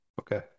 Okay